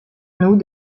nous